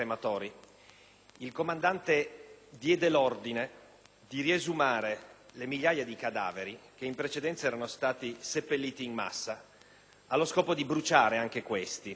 il comandante diede l'ordine di riesumare le migliaia di cadaveri che in precedenza erano stati seppelliti in massa, allo scopo di bruciare anche questi.